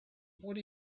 what